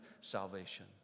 salvation